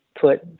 put